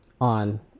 on